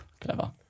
Clever